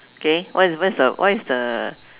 K what is the what is the what is the